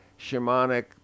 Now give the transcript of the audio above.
shamanic